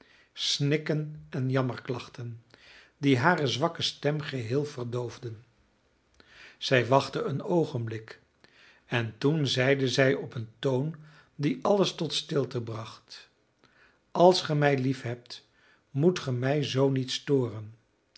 snikken en jammerklachten die hare zwakke stem geheel verdoofden zij wachtte een oogenblik en toen zeide zij op een toon die alles tot stilte bracht als ge mij liefhebt moet ge mij zoo niet storen